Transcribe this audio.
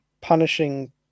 punishing